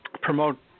promote